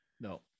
No